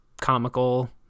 comical